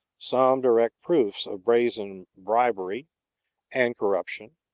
some direct proofs of brazen bribery and corruption,